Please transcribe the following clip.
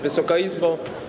Wysoka Izbo!